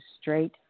straight